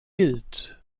gilt